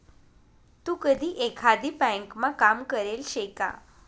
तू कधी एकाधी ब्यांकमा काम करेल शे का?